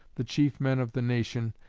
the chief men of the nation,